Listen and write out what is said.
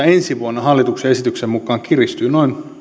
ensi vuonna hallituksen esityksen mukaan kiristyy noin